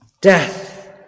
Death